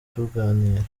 tuganira